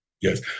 Yes